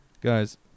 Guys